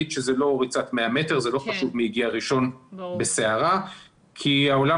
שזאת לא ריצת 100 מטרים וזה לא חשוב מי הגיע ראשון בסערה כי העולם